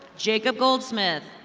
jacob goldsmith.